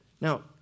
Now